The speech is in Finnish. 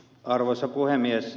arvoisa puhemies